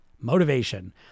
Motivation